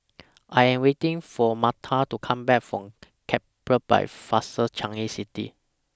I Am waiting For Marta to Come Back from Capri By Fraser Changi City